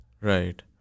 Right